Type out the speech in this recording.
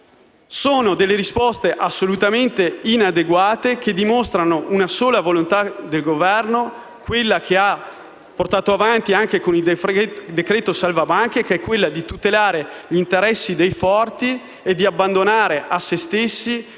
Sono risposte assolutamente inadeguate, che dimostrano una sola volontà del Governo, quella che ha portato avanti anche con il decreto salva banche: tutelare gli interessi dei forti e di abbandonare a se stessi